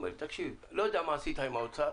הוא אמר לי שהוא לא מה אני עשיתי עם האוצר,